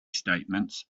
statements